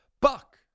Buck